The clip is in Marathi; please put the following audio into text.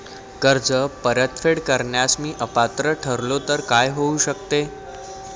कर्ज परतफेड करण्यास मी अपात्र ठरलो तर काय होऊ शकते?